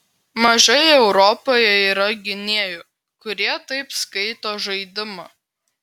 mažai europoje yra gynėjų kurie taip skaito žaidimą